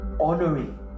honoring